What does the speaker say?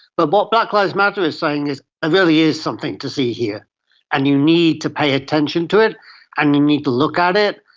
but what black lives matter is saying is there ah really is something to see here and you need to pay attention to it and you need to look at it.